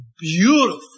beautiful